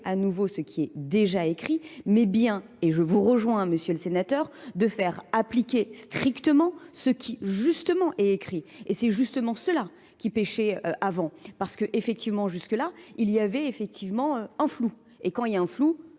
à nouveau ce qui est déjà écrit, mais bien, et je vous rejoins, M. le Sénateur, de faire appliquer strictement ce qui, justement, est écrit. Et c'est justement cela qui péchait avant. Parce que, effectivement, jusque-là, il y avait effectivement un flou. Et quand il y a un flou,